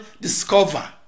discover